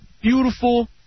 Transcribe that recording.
beautiful